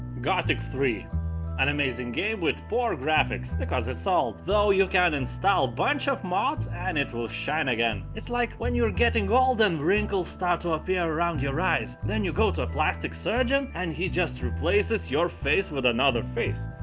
gothic three an amazing game with poor graphics. because it's old. though you can install bunch of mods and it will shine again. it's like, when you are getting old and wrinkles start to appear around your eyes, then you go to a plastic surgeon and he just replaces your face with another face.